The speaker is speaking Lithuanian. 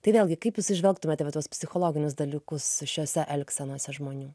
tai vėlgi kaip jūs įžvelgtumėte va tuos psichologinius dalykus šiose elgsenose žmonių